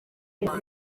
ikipe